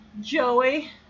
Joey